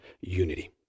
unity